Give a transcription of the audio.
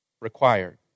Required